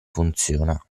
funziona